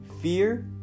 fear